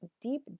deep